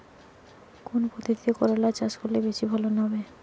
কোন পদ্ধতিতে করলা চাষ করলে বেশি ফলন হবে?